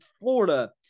Florida